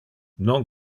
non